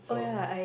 so